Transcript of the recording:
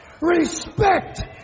Respect